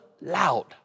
loud